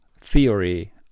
theory